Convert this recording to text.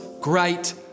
great